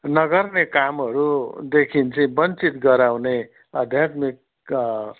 नगर्ने कामहरूदेखि चाहिँ वञ्चित गराउने आध्यात्मिक